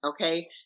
Okay